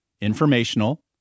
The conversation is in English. informational